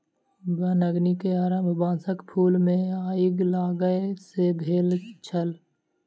वन अग्नि के आरम्भ बांसक फूल मे आइग लागय सॅ भेल छल